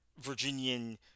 Virginian